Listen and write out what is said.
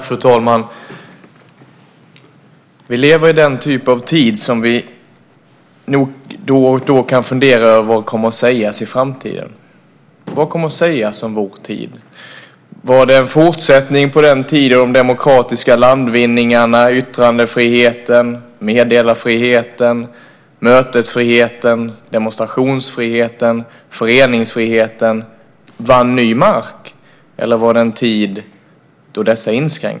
Fru talman! Vi lever i en typ av tid som vi då och då kan fundera över hur man kommer att omtala i framtiden. Vad kommer att sägas om vår tid? Var det en fortsättning på den tid då de demokratiska landvinningarna, yttrandefriheten, meddelarfriheten, mötesfriheten, demonstrationsfriheten och föreningsfriheten var ny mark, eller var det en tid då dessa inskränktes?